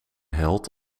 held